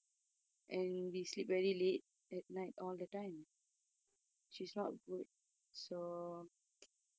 true